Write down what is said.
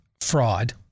fraud